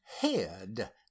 head